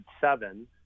seven